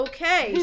Okay